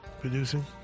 producing